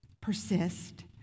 persist